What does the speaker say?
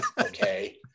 Okay